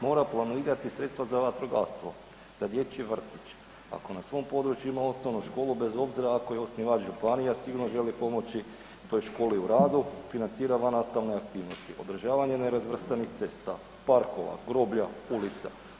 mora planirati sredstva za vatrogastvo, za dječji vrtić, ako na svom području ima osnovnu školu bez obzira ako je osnivač županija sigurno želi pomoći toj školi u radu financira vannastavne aktivnosti, održavanje nerazvrstanih cesta, parkova, groblja, ulica.